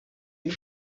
and